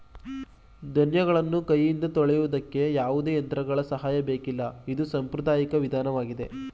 ಧಾನ್ಯಗಳನ್ನು ಕೈಯಿಂದ ತೋರುವುದಕ್ಕೆ ಯಾವುದೇ ಯಂತ್ರಗಳ ಸಹಾಯ ಬೇಕಿಲ್ಲ ಇದು ಸಾಂಪ್ರದಾಯಿಕ ವಿಧಾನವಾಗಿದೆ